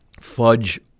fudge